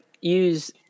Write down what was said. use